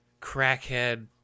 crackhead